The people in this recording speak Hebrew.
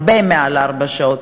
הרבה מעל ארבע שעות.